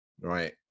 right